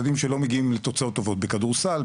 ילדים שלא מגיעים לתוצאות טובות בכדורסל,